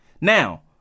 Now